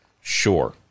sure